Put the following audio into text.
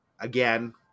again